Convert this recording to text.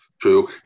true